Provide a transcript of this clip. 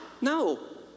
No